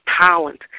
talent